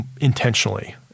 intentionally